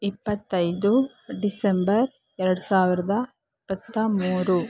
ಇಪ್ಪತ್ತೈದು ಡಿಸೆಂಬರ್ ಎರ್ಡು ಸಾವಿರದ ಇಪ್ಪತ್ತ ಮೂರು